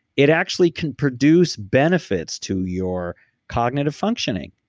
it actually can produce benefits to your cognitive functioning,